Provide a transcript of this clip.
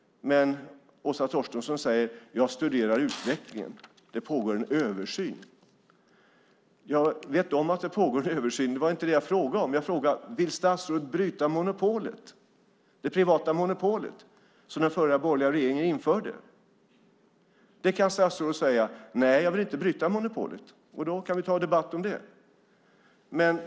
Åsa Torstensson säger: Jag studerar utvecklingen. Det pågår en översyn. Jag vet att det pågår en översyn. Det var inte det jag frågade. Jag frågade: Vill statsrådet bryta det privata monopolet som den förra borgerliga regeringen införde? Statsrådet kan säga: Nej, jag vill inte bryta monopolet. Då kan vi ta en debatt om det.